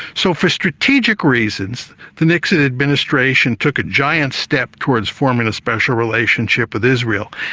so for strategic reasons, the nixon administration took a giant step towards forming a special relationship with israel.